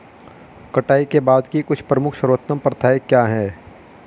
कटाई के बाद की कुछ प्रमुख सर्वोत्तम प्रथाएं क्या हैं?